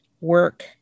work